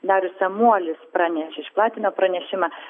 darius samuolis pranešė išplatino pranešimą